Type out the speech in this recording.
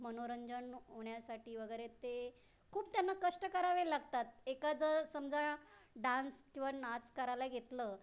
मनोरंजन होण्यासाठी वगैरे ते खूप त्यांना कष्ट करावे लागतात एखादं समजा डान्स किंवा नाच करायला घेतलं